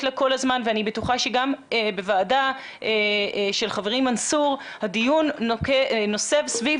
לו כל הזמן ואני בטוחה שגם בוועדה של חברי מנסור הדיון נסוב סביב